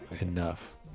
enough